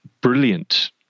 brilliant